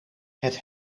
het